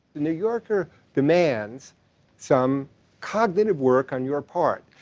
the new yorker demands some cognitive work on your part,